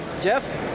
Jeff